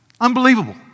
Unbelievable